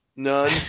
None